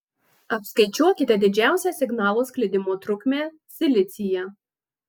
apskaičiuokite didžiausią signalo sklidimo trukmę silicyje